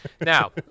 Now